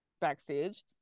backstage